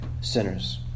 Sinners